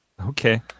Okay